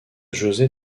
josé